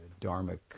dharmic